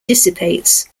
dissipates